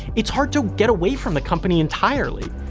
it's hard to get away from the company entirely.